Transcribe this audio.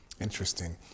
Interesting